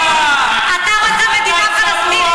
אתה מוכן להגיד את המילה "יהודית"?